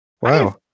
Wow